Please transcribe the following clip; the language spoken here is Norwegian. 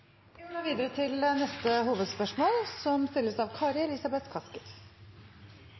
Vi går videre til neste hovedspørsmål.